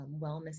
wellness